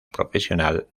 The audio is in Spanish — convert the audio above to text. profesional